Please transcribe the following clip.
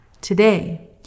today